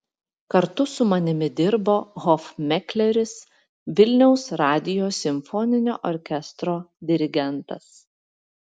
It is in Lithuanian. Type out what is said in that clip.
kartu su manimi dirbo hofmekleris vilniaus radijo simfoninio orkestro dirigentas